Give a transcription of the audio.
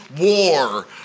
war